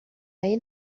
این